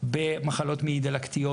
במחלות מעי דלקתיות,